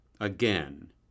again